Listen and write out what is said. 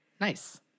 Nice